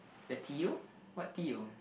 the deal what deal